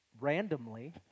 randomly